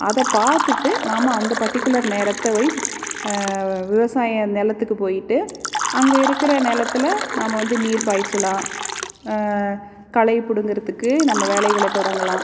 அதை பார்த்துட்டு நாம் அந்த பர்ட்டிகுலர் நேரத்தை வை விவசாய நிலத்துக்கு போய்விட்டு அங்கே இருக்கிற நிலத்துல நம்ம வந்து நீர் பாய்ச்சலாம் களை பிடுங்கறதுக்கு நம்ம வேலைகளை தொடங்கலாம்